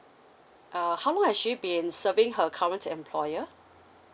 uh how long has she been serving her current employer